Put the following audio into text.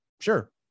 Sure